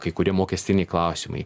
kai kurie mokestiniai klausimai